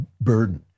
burden